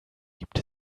gibt